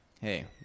Hey